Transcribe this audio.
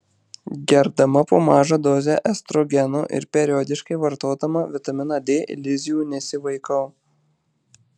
gerdama po mažą dozę estrogeno ir periodiškai vartodama vitaminą d iliuzijų nesivaikau